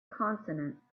consonant